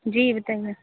जी बताइए